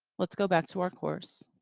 let's go back to our course.